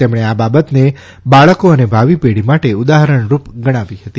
તેમણે આ બબાતને બાળકો અને ભાવિ પેઢી માટે ઉદાહરણરૂપ બાબત ગણાવી હતી